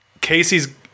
Casey's